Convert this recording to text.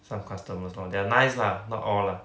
some customers lor they're nice lah not all lah